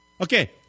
Okay